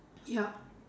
yup